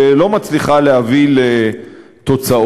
שלא מצליחה להביא לתוצאות,